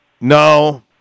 No